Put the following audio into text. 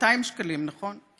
200 שקלים, נכון?